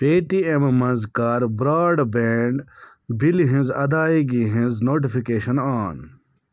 پے ٹی اٮ۪مہٕ منٛز کَر برٛاڈ بینٛڈ بِلہِ ہِنٛز اَدایگی ہِنٛز نوٹفِکیشن آن